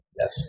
Yes